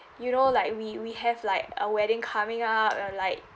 you know like we we have like a wedding coming up or like